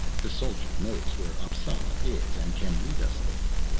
the soldier knows where appsala is and can lead us there.